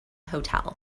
hotel